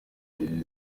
iri